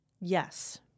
Yes